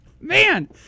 man